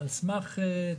אנחנו הצענו הצעה,